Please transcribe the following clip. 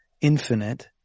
infinite